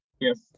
Yes